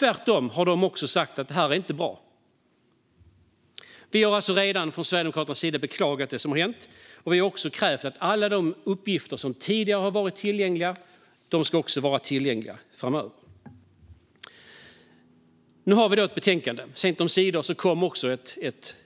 De har tvärtom också sagt att det inte är bra. Sverigedemokraterna har alltså redan beklagat det som hänt, och vi har krävt att alla de uppgifter som tidigare var tillgängliga ska vara det även framöver. Sent omsider kom